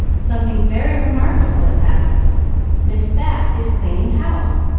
something very remarkable has happened miss bat is cleaning house!